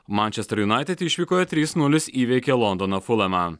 mančester junaited išvykoje trys nulis įveikė londono fulemą